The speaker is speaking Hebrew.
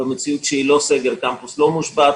במציאות שהיא לא סגר קמפוס לא מושבת.